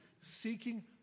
seeking